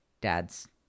dad's